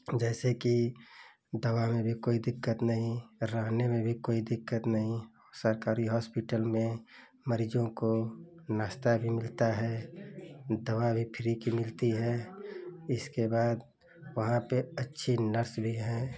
जैसे कि दवा में कोई दिक्कत नहीं रहने में भी कोई दिक्कत नहीं सरकारी हॉस्पिटल में मरीज़ों को नाश्ता भी मिलता है दवा भी फ्री की मिलती है इसके बाद वहाँ पर अच्छी नर्स भी हैं